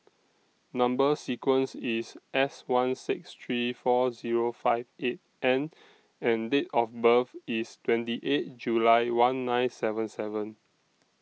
Number sequence IS S one six three four Zero five eight N and Date of birth IS twenty eight July one nine seven seven